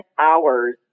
hours